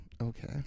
Okay